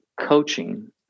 coaching